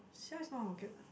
sia is not Hokkien what